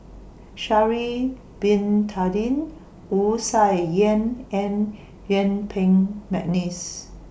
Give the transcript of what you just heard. Sha'Ari Bin Tadin Wu Tsai Yen and Yuen Peng Mcneice